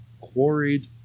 quarried